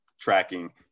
tracking